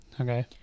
Okay